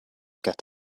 get